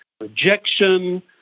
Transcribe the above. rejection